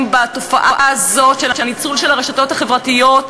בתופעה הזאת של הניצול של הרשתות החברתיות,